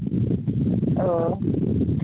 ᱚ